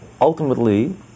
ultimately